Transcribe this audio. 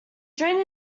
during